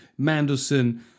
Mandelson